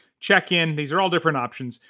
check in, these are all different options,